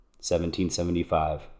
1775